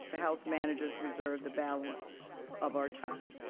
the house managers reserve the balance of our time.